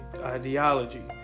ideology